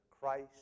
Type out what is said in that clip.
Christ